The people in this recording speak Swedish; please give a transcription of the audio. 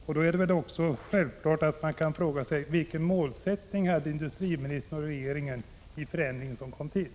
Jag måste nog ändå ställa frågan: Vilken målsättning hade industriministern och regeringen för den förändring som kom till?